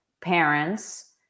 parents